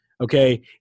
okay